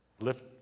lift